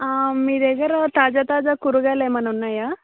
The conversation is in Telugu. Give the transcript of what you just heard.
మీ దగ్గర తాజా తాజా కూరగాయల ఏమైనా ఉన్నాయా